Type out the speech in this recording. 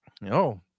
No